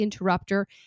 interrupter